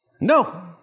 No